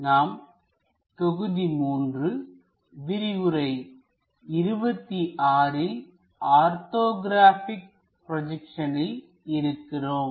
நாம் தொகுதி 3 விரிவுரை 26 ல் ஆர்த்தோகிராபிக் ப்ரோஜெக்சனில் இருக்கிறோம்